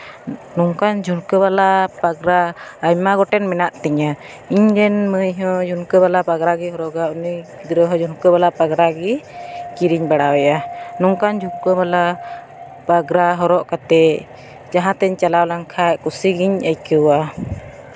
ᱚᱱᱠᱟᱱ ᱡᱷᱩᱱᱠᱟᱹ ᱵᱟᱞᱟ ᱯᱟᱸᱜᱽᱨᱟ ᱟᱭᱢᱟ ᱜᱚᱴᱮᱱ ᱢᱮᱱᱟᱜ ᱛᱤᱧᱟᱹ ᱤᱧ ᱨᱮᱱ ᱢᱟᱹᱭ ᱦᱚᱸ ᱡᱷᱩᱢᱠᱟᱹ ᱵᱟᱞᱟ ᱯᱟᱸᱜᱽᱨᱟ ᱦᱚᱭ ᱦᱚᱨᱚᱜᱟ ᱩᱱᱤ ᱜᱤᱫᱽᱨᱟᱹ ᱦᱚᱸ ᱡᱷᱩᱱᱠᱟᱹ ᱵᱟᱞᱟ ᱯᱟᱸᱜᱽᱨᱟ ᱜᱮ ᱠᱤᱨᱤᱧ ᱵᱟᱲᱟ ᱟᱭᱟ ᱱᱚᱝᱠᱟᱱ ᱡᱷᱩᱱᱠᱟᱹ ᱵᱟᱞᱟ ᱯᱟᱸᱜᱽᱨᱟ ᱦᱚᱨᱚᱜ ᱠᱟᱛᱮᱫ ᱡᱟᱦᱟᱸ ᱛᱤᱧ ᱪᱟᱞᱟᱣ ᱞᱮᱱᱠᱷᱟᱡ ᱠᱩᱥᱤᱜᱤᱧ ᱟᱹᱭᱠᱟᱹᱣᱟ